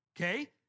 Okay